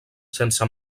sense